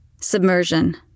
Submersion